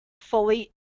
fully